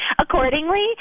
accordingly